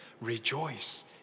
rejoice